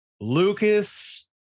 Lucas